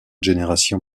génération